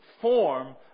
form